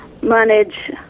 manage